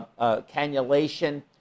cannulation